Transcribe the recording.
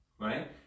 right